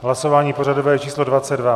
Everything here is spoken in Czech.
Hlasování pořadové číslo 22.